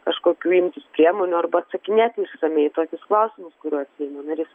kažkokių imtis priemonių arba atsakinėti išsamiai į tokius klausimus kuriuos seimo narys